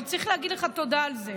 וצריך להגיד לך תודה על זה.